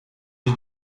lhe